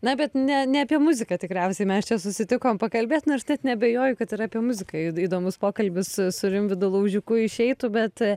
na bet ne ne apie muziką tikriausiai mes čia susitikom pakalbėt nors net neabejoju kad ir apie muziką į įdomus pokalbis su su rimvydu laužiku išeitų bet